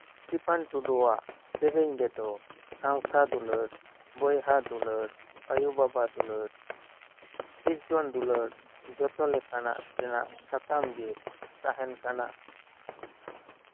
Stephen Tudu ᱟᱜ ᱥᱮᱨᱮᱧ ᱨᱮᱫᱚ ᱥᱟᱶᱛᱟ ᱫᱩᱞᱟᱹᱲ ᱵᱚᱭᱦᱟ ᱫᱩᱞᱟᱹᱲ ᱟᱭᱳ ᱵᱟᱵᱟ ᱫᱩᱞᱟᱹᱲ ᱥᱤᱨᱡᱚᱱ ᱫᱩᱞᱟᱹᱲ ᱡᱚᱛᱚ ᱞᱮᱠᱟᱱᱟᱜ ᱥᱟᱛᱟᱢ ᱜᱮ ᱛᱟᱦᱮᱱ ᱠᱟᱱᱟ